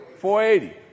480